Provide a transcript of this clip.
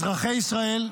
אזרחי ישראל,